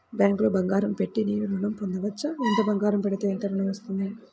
బ్యాంక్లో బంగారం పెట్టి నేను ఋణం పొందవచ్చా? ఎంత బంగారం పెడితే ఎంత ఋణం వస్తుంది?